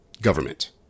government